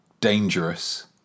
dangerous